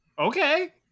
okay